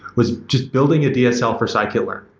was just building a dsl for scikit-learn,